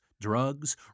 drugs